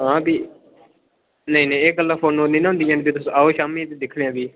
हां फ्ही नेईं नेईं एह् गल्लां फोन पर निं होन्दियां ना फ्ही तुस आओ शाम्मी अज्ज दिक्खने आं फ्ही